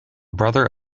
brother